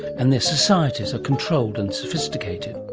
and their societies are controlled and sophisticated.